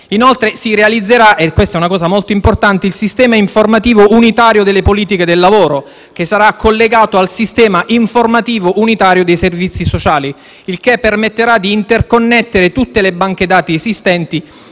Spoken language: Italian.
Inoltre, altro aspetto molto importante, si realizzerà il sistema informativo unitario delle politiche del lavoro, che sarà collegato al sistema informativo unitario dei servizi sociali, il che permetterà di interconnettere tutte le banche dati esistenti,